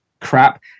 crap